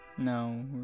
No